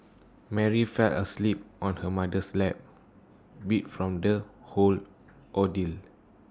Mary fell asleep on her mother's lap beat from the whole ordeal